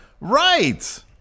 Right